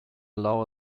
allow